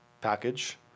package